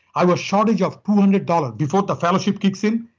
i was shortage of two hundred dollars before the fellowship kicks in.